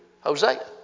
Hosea